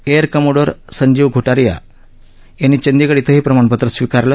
air commodore Sanjeev Ghuratia यांनी चंदीगड क्षे हे प्रमाणपत्र स्वीकारलं